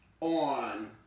on